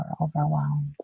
overwhelmed